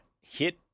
hit